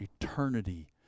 eternity